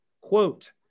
quote